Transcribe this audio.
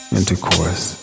intercourse